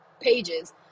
pages